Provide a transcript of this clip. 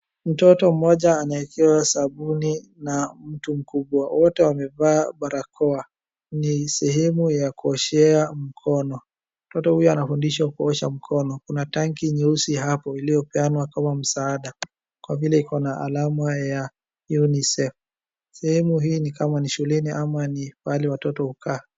Mtoto mmoja anaekewa sabuni na mtu mkubwa. Wote wamevaa barakoa, ni sehemu ya kuoshea mkono. Mtoto huyo anafundishwa kuosha mkono. Kuna tangi nyeusi hapo iliopeanwa msaada kwa vile ikona alama ya UNICEF. Sehemu hii ni kama ni shuleni ama ni pahali watoto hukaa.